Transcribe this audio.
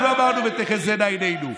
אנחנו אמרנו "ותחזינה עינינו",